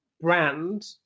brand